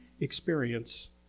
experience